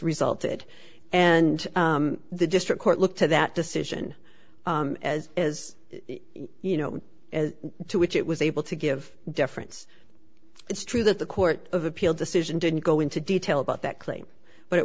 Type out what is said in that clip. resulted and the district court look to that decision as as you know as to which it was able to give deference it's true that the court of appeal decision didn't go into detail about that claim but it